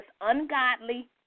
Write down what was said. ungodly